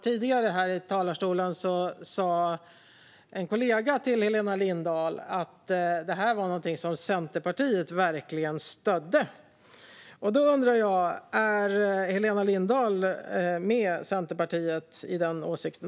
Tidigare här i talarstolen sa en kollega till Helena Lindahl att detta var någonting som Centerpartiet verkligen stödde. Då undrar jag: Är också Helena Lindahl med Centerpartiet i den åsikten?